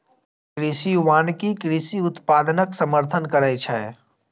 कृषि वानिकी कृषि उत्पादनक समर्थन करै छै